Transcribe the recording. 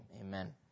amen